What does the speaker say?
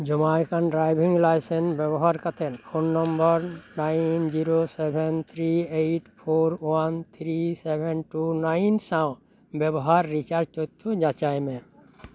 ᱡᱚᱢᱟᱭᱚᱠᱟᱱ driving licence ᱵᱮᱵᱚᱦᱟᱨ ᱠᱟᱛᱮ phone number nine zero seven three eight four one three seven two nine ᱥᱟᱶ ᱵᱮᱵᱚᱦᱟᱨ recharge ᱛᱚᱭᱷᱚ ᱡᱟᱪᱟᱭ ᱢᱮ